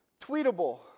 tweetable